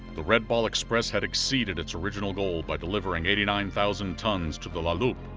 the red ball express had exceeded its original goal by delivering eighty-nine thousand tons to the la loupe,